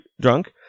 drunk